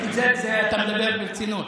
אתה מדבר ברצינות.